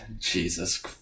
Jesus